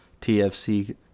TFC